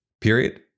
Period